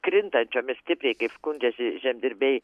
krintančiomis stipriai kaip skundžiasi žemdirbiai